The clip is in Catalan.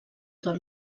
del